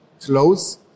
close